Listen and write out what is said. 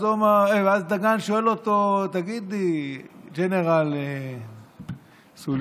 ואז דגן שואל אותו: תגיד, ג'נרל סולימאן,